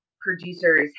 producers